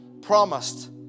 promised